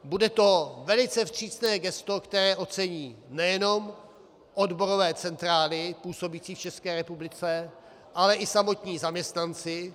Bude to velice vstřícné gesto, které ocení nejenom odborové centrály působící v České republice, ale i samotní zaměstnanci.